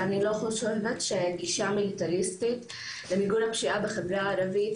שאני לא חושבת שגישה מיליטריסטית למיגור הפשיעה בחברה הערבית